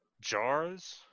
jars